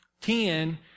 ten